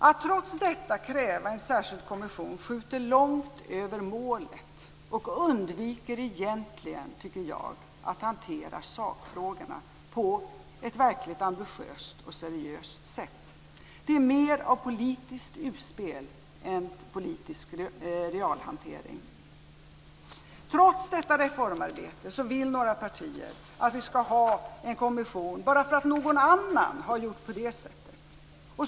Att trots detta kräva en särskild kommission skjuter långt över målet och undviker egentligen, tycker jag, att hantera sakfrågorna på ett verkligt ambitiöst och seriöst sätt. Det är mer av politiskt utspel än av politisk realhantering. Trots detta reformarbete vill några partier att vi skall ha en kommission bara för att någon annan har gjort på det sättet.